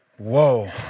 Whoa